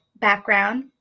background